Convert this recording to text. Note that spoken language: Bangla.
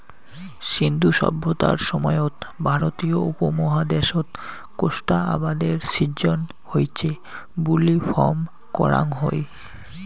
সিন্ধু সভ্যতার সময়ত ভারতীয় উপমহাদ্যাশত কোষ্টা আবাদের সিজ্জন হইচে বুলি ফম করাং হই